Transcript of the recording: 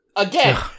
Again